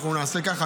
אנחנו נעשה ככה.